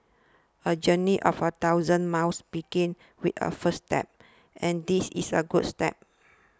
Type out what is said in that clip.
a journey of a thousand miles begins with a first step and this is a good step